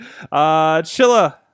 Chilla